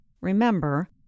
Remember